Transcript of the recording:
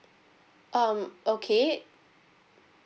um okay